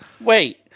Wait